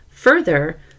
Further